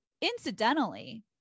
Incidentally